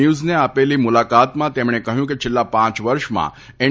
ન્યુઝને આપેલી મુલાકાતમાં તેમણે કહ્યું કે છેલ્લા પાંચ વર્ષમાં એન